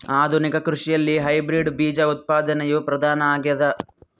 ಆಧುನಿಕ ಕೃಷಿಯಲ್ಲಿ ಹೈಬ್ರಿಡ್ ಬೇಜ ಉತ್ಪಾದನೆಯು ಪ್ರಧಾನ ಆಗ್ಯದ